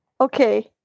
Okay